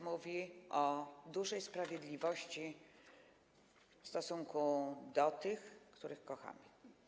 Mówi o sprawiedliwości w stosunku do tych, których kochamy.